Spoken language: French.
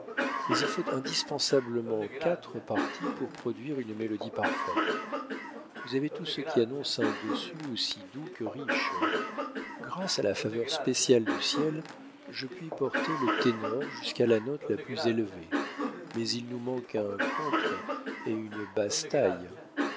mais il faut indispensablement quatre parties pour produire une mélodie parfaite vous avez tout ce qui annonce un dessus aussi doux que riche grâce à la faveur spéciale du ciel je puis porter le ténor jusqu'à la note la plus élevée mais il nous manque un contre et une basse-taille